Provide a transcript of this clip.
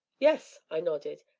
yes, i nodded,